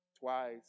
twice